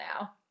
now